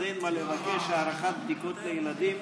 אז אין מה לבקש הארכת בדיקות לילדים,